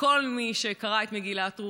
וכל מי שקרא את מגילת רות,